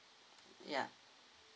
ya